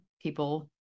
people